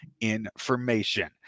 information